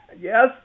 Yes